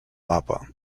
mapa